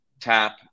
tap